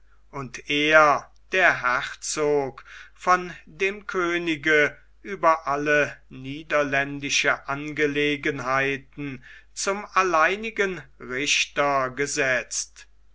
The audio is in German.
und er der herzog von dem könige über alle niederländischen angelegenheiten zum alleinigen richter gesetzt